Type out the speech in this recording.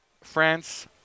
France